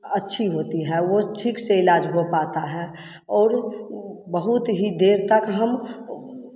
अच्छी होती है वो ठीक से इलाज हो पाता है और बहुत ही देर तक हम